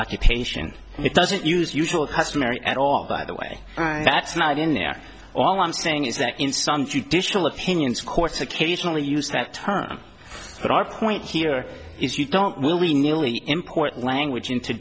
occupation it doesn't use usual customary at all by the way that's not in there all i'm saying is that in some judicial opinions courts occasionally use that term but our point here is you don't willy nilly import language into